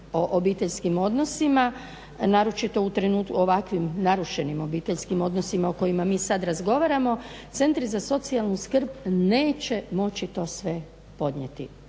o obiteljskim odnosima naročito u ovakvim narušenim obiteljskim odnosima o kojima mi sad razgovaramo centri za socijalnu skrb neće moći to sve podnijeti.